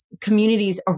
communities